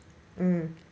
mm